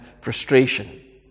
frustration